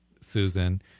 Susan